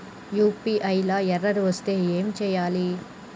UPI లా error వస్తే ఏం చేయాలి?